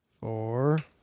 Four